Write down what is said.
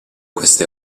queste